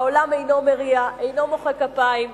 העולם אינו מריע, אינו מוחא כפיים.